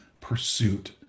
pursuit